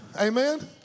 Amen